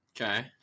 Okay